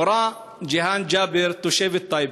המורה ג'יהאן ג'אבר, תושבת טייבה,